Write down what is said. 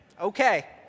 Okay